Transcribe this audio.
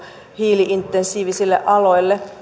hiili intensiivisille aloille